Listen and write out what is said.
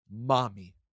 Mommy